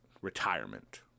Retirement